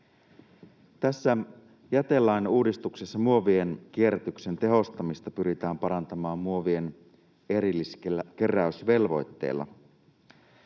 Tässä jätelain uudistuksessa muovien kierrätyksen tehostamista pyritään parantamaan muovien erilliskeräysvelvoitteella.